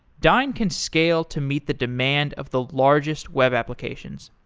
dyn can scale to meet the demand of the largest web applications.